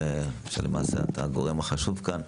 למעשה את הגורם החשוב כאן.